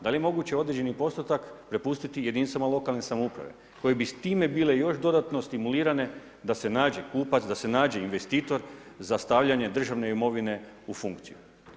Da li je moguće određeni postotak prepustiti jedinica lokalne samouprave koji bi s time bile još dodatno stimulirane da se nađe kupac, da se nađe investitor za stavljanje državne imovine u funkciju?